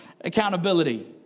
accountability